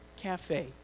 Cafe